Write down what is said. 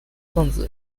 分子